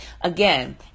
Again